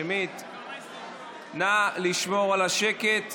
נא לשמור על השקט.